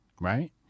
Right